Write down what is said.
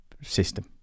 system